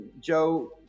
Joe